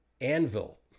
anvil